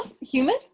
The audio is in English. humid